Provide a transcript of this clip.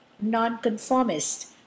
Nonconformist